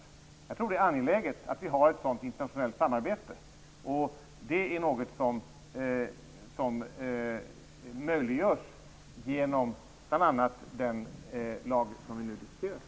Jag tror att det är angeläget att vi har ett sådant internationellt samarbete. Det är något som möjliggörs genom bl.a. den lag som vi nu diskuterar.